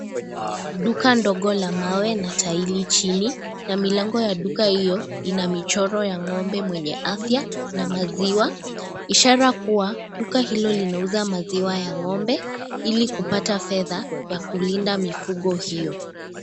Duka ndogo la mawe na taili chini, na milango ya duka hiyo, ina michoro ya ngombe mwenye afya na maziwa, ishara kuwa duka hilo linauza maziwa ya ngombe, ili kupata fedha ya kulinda mifugo hiyo.